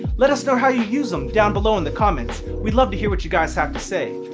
let us know how you use them down below in the comments. we'd love to hear what you guys have to say.